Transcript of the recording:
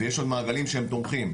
ויש עוד מעגלים שהם תומכים,